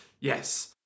yes